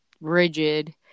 rigid